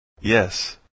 Yes